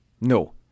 No